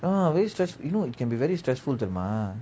ah very stressful you know it can be very stressful தேறுமா:terima